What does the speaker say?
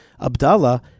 Abdallah